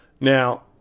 Now